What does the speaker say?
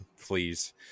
please